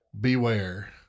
beware